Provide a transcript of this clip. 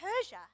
Persia